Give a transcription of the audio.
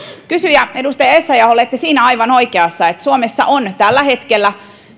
edustaja essayah olette siinä aivan oikeassa että suomessa on tällä hetkellä